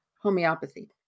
homeopathy